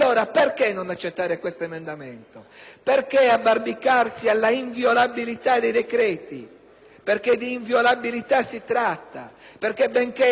Perché abbarbicarsi all'inviolabilità dei decreti? Di inviolabilità, infatti, si tratta perché, benché esista il tempo per modificarlo